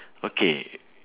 okay